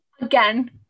Again